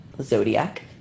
Zodiac